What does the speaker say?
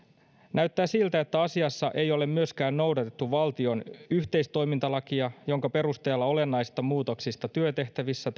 näyttää siltä että asiassa ei ole myöskään noudatettu valtion yhteistoimintalakia jonka perusteella olennaisista muutoksista työtehtävissä